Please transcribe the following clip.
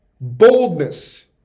boldness